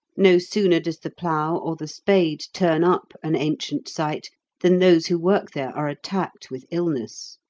no sooner does the plough or the spade turn up an ancient site than those who work there are attacked with illness.